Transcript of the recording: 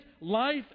life